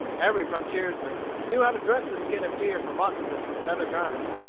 every frontiersman knew how to dress the skin of deer for moccasins and other garments.